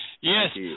Yes